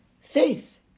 Faith